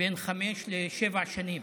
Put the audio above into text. בין חמש לשבע שנים.